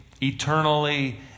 eternally